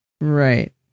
Right